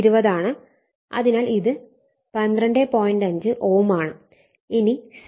അതിനാൽ ഇത് 12